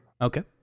Okay